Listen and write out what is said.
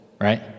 Right